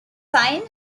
sign